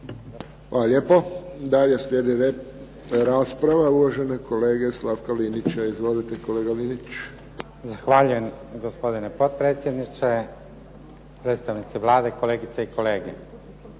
Hvala lijepo. Dalje slijedi rasprava uvaženog kolege Slavka Linića. Izvolite, kolega Linić. **Linić, Slavko (SDP)** Zahvaljujem. Gospodine potpredsjedniče, predstavnici Vlade, kolegice i kolege.